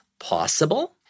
possible